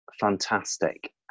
fantastic